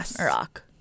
Iraq